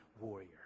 warrior